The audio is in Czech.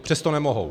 Přesto nemohou.